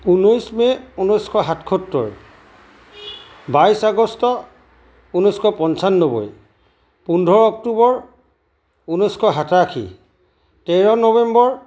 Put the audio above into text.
ঊনৈছ মে' ঊনৈছশ সাতসত্তৰ বাইছ আগষ্ট ঊনৈছশ পঞ্চান্নব্বৈ পোন্ধৰ অক্টোবৰ ঊনৈছশ সাতাশী তেৰ নৱেম্বৰ